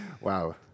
Wow